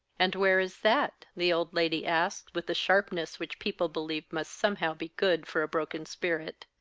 and where is that? the old lady asked, with the sharpness which people believe must somehow be good for a broken spirit.